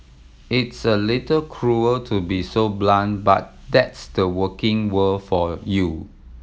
it's a little cruel to be so blunt but that's the working world for you